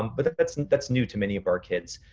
um but that's that's new to many of our kids.